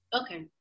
Okay